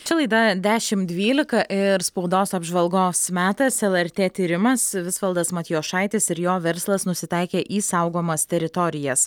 čia laida dešimt dvylika ir spaudos apžvalgos metas lrt tyrimas visvaldas matijošaitis ir jo verslas nusitaikė į saugomas teritorijas